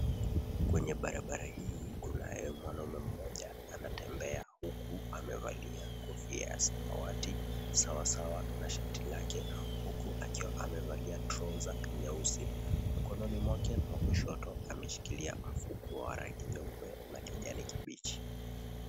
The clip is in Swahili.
Kwenye barabara hii kunaye mwanaume mmoja anatembea huku amevalia kofia ya samawati sawasawa na shati lake huku akiwa amevalia trouser nyeusi, mkononi mwake wa kushoto ameshikilia mfuko wa rangi nyeupe na kijani kibichi.